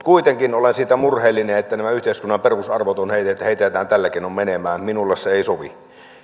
kuitenkin olen siitä murheellinen että nämä yhteiskunnan perusarvot heitetään tällä keinoin menemään minulle se ei sovi